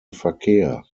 verkehr